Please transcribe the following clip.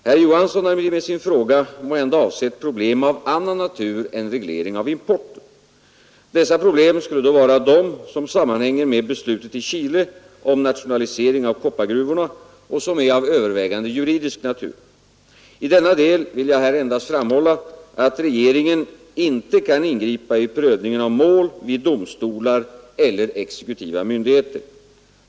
Herr Johansson har emellertid med sin fråga måhända avsett problem av annan natur än reglering av importen. Dessa problem skulle då vara de som sammanhänger med beslutet i Chile om nationalisering av koppargruvorna och som är av övervägande juridisk natur. I denna del vill jag här endast framhålla att regeringen ej kan ingripa i prövningen av mål vid domstolar eller exekutiva myndigheter.